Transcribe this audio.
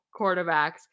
quarterbacks